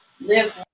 Live